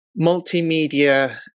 multimedia